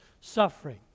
suffering